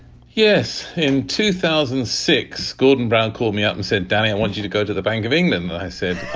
yes. in two thousand and six, gordon brown called me up and said, danny, i want you to go to the bank of england. and i said, oh,